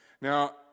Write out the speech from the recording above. Now